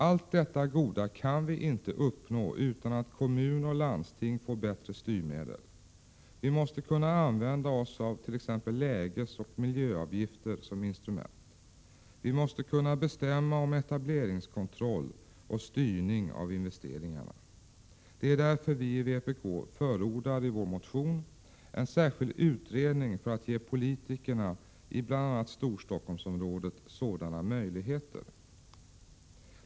Allt detta goda kan vi inte uppnå utan att kommun och landsting får bättre styrmedel. Vi måste kunna använda oss avt.ex. lägesoch miljöavgifter som instrument. Vi måste kunna bestämma om etableringskontroll och styrning av investeringarna. Det är därför vi i vpk i vår motion förordar en särskild utredning för att ge politikerna i bl.a. Storstockholmsområdet sådana möjligheter.